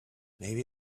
maybe